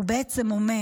הוא בעצם אומר: